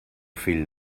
fill